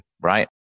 right